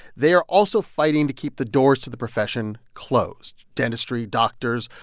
they are also fighting to keep the doors to the profession closed dentistry, doctors,